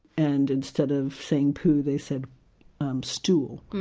and instead of saying poo, they said stool.